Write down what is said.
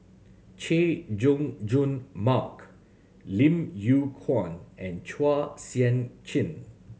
Chay Jung Jun Mark Lim Yew Kuan and Chua Sian Chin